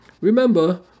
Remember